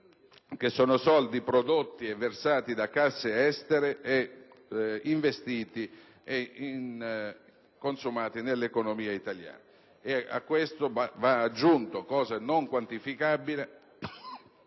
che sono soldi prodotti all'estero e versati in casse estere ed investiti e consumati nell'economia italiana. A questo vanno aggiunti - cosa non quantificabile